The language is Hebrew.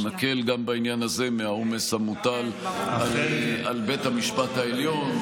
אנחנו נקל גם בעניין הזה על העומס המוטל על בית המשפט העליון,